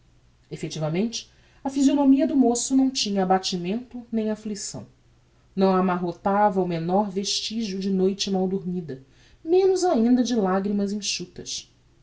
effectivamente a physionomia do moço não tinha abatimento nem afflicção não a amarrotava o menor vestigio de noite mal dormida menos ainda de lagrimas enxutas